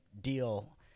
deal